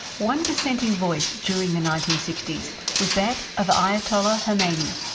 one dissenting voice during the nineteen sixty s was that of ayatollah khomeini.